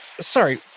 Sorry